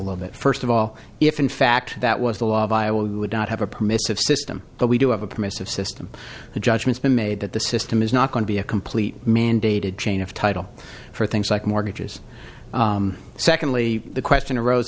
little bit first of all if in fact that was the law of iowa we would not have a permissive system but we do have a permissive system the judgments been made that the system is not going to be a complete mandated chain of title for things like mortgages secondly the question arose